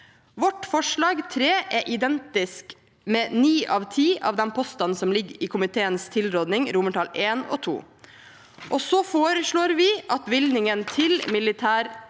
Vårt forslag, nr. 3, er identisk med ni av ti av de postene som ligger i komiteens tilråding I og II, og så foreslår vi at bevilgningen til militær